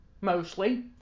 mostly